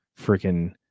freaking